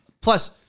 Plus